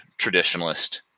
traditionalist